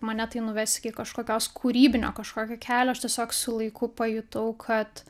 mane tai nuves iki kažkokios kūrybinio kažkokio kelio aš tiesiog su laiku pajutau kad